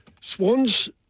Swans